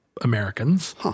Americans